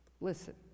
listen